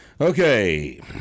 Okay